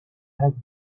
have